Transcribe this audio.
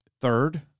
Third